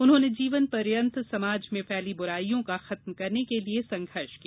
उन्होंने जीवन पर्यन्त समाज में फैली बुराइयों का खत्म करने के लिए संघर्ष किया